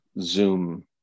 zoom